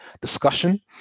discussion